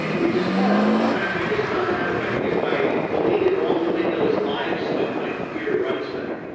which is horrible. in fact, i just found out if like if i deleted all the windows live stuff, my computer runs better.